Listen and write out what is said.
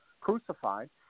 crucified